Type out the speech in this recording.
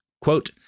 Quote